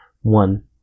one